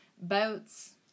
boats